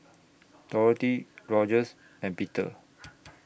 Dorothy Rogers and Peter